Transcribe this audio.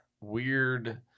weird